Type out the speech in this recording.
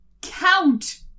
Count